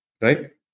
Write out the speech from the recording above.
right